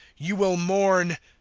you will mourn,